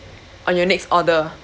on your next order